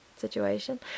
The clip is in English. situation